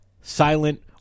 silent